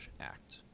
Act